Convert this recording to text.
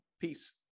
peace